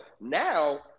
now